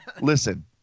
Listen